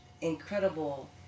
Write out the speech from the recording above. incredible